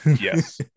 yes